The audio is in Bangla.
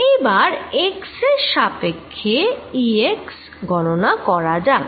এবার x এর সাপেক্ষ্যে E x গননা করা যাক